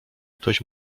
ktoś